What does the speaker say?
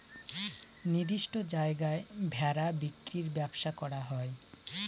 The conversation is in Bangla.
নির্দিষ্ট জায়গায় ভেড়া বিক্রির ব্যবসা করা হয়